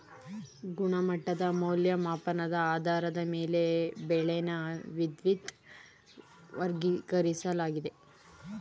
ಗುಣಮಟ್ಟದ್ ಮೌಲ್ಯಮಾಪನದ್ ಆಧಾರದ ಮೇಲೆ ಬೆಳೆನ ವಿವಿದ್ವಾಗಿ ವರ್ಗೀಕರಿಸ್ಲಾಗಿದೆ